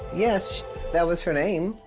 yes that was her name,